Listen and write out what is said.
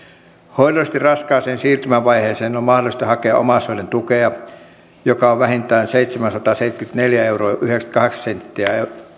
hoidollisesti raskaaseen siirtymävaiheeseen on mahdollista hakea omaishoidon tukea joka on vähintään seitsemänsataaseitsemänkymmentäneljä euroa yhdeksänkymmentäkahdeksan senttiä